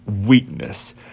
weakness